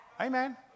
Amen